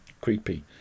creepy